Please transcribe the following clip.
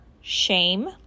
shame